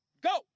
Go